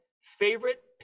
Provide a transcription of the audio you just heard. favorite